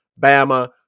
Bama